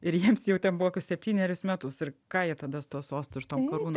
ir jiems jau ten po kokius septynerius metus ir ką jie tada su tuo sostu ir tom karūnom